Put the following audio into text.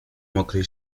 mokrej